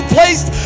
placed